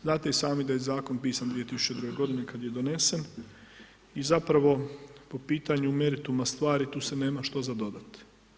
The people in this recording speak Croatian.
Znate i sami da je zakon pisan 2002.g. kad je donesen i zapravo po pitanju merituma stvari, tu se nema što za dodat.